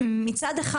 מצד אחד,